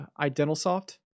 iDentalSoft